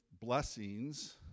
blessings